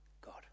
God